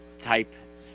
type